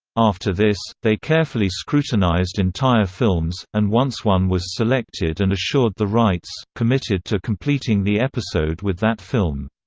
after this, they carefully scrutinized entire films, and once one was selected and assured the rights, committed to completing the episode with that film.